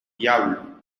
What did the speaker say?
diablo